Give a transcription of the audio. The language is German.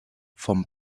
vom